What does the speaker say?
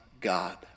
God